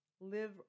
live